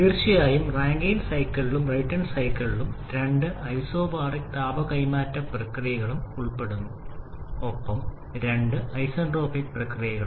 തീർച്ചയായും റാങ്കൈൻ സൈക്കിളിലും ബ്രേട്ടൺ സൈക്കിളിലും രണ്ട് ഐസോബാറിക് താപ കൈമാറ്റ പ്രക്രിയകളും ഉൾപ്പെടുന്നു ഒപ്പം രണ്ട് ഐസന്റ്രോപിക് പ്രക്രിയകളും